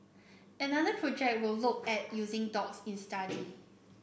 another project will look at using dogs in study